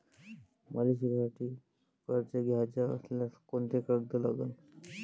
मले शिकासाठी कर्ज घ्याचं असल्यास कोंते कागद लागन?